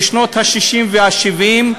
בשנות ה-60 וה-70,